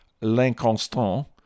L'Inconstant